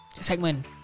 Segment